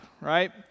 right